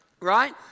Right